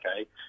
okay